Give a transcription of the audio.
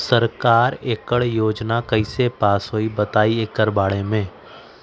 सरकार एकड़ योजना कईसे पास होई बताई एकर बारे मे?